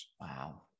Wow